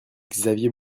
xavier